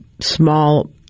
small